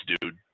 dude